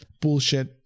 bullshit